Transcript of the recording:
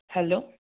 hello